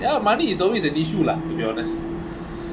ya money is always an issue lah to be honest